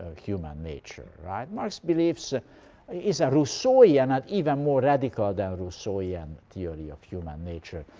human nature. right? marx believes is a rousseauian an even more radical than rousseauian theory of human nature,